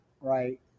right